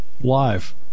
Live